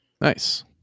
Nice